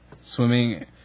swimming